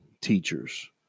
teachers